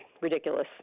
ridiculous